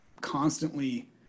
constantly